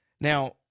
now